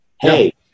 hey